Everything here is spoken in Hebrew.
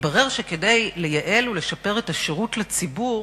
מתברר שכדי "לייעל" ו"לשפר" את השירות לציבור,